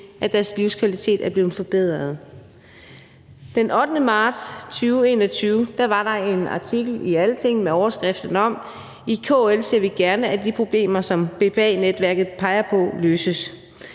at deres livskvalitet er blevet forbedret. Den 8. marts 2021 var der en artikel i Altinget, hvori det citeres, at »I KL ser vi gerne, at de problemer, som BPA-netværket peger på, løses«,